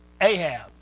Ahab